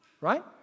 right